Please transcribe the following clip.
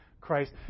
Christ